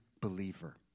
believer